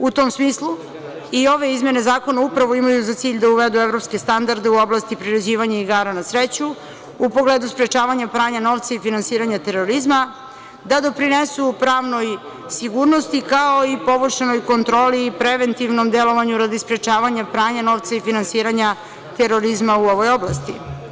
U tom smislu i ove izmene zakona upravo imaju za cilj da uvedu evropske standarde u oblasti priređivanja igara na sreću u pogledu sprečavanja pranja novca i finansiranje terorizma da doprinesu pravnoj sigurnosti, kao i poboljšanoj kontroli i preventivnom delovanju radi sprečavanja pranja novca i finansiranja terorizma u ovoj oblasti.